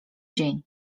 dzień